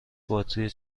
باتری